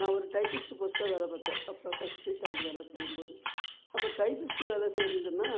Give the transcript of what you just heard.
நான் ஒரு டைப்பிஸ்ட்டு போஸ்ட்டாக வேலை பார்த்தேன் அப்போ ஃபஸ்ட்டு டைம் வேலை செய்யும்போது அப்போ டைப்பிஸ்ட்டு வேலை செய்கிறதுன்னா